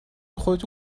خودتو